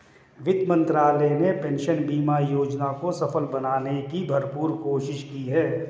वित्त मंत्रालय ने पेंशन बीमा योजना को सफल बनाने की भरपूर कोशिश की है